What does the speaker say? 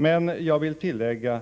Men jag vill tillägga